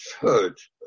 church